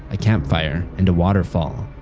a campfire and a waterfall.